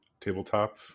tabletop